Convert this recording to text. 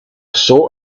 saw